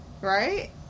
Right